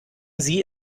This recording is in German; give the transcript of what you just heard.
sie